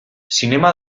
zinema